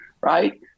Right